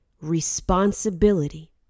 responsibility